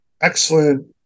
Excellent